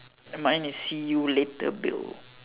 mine is see you later Bill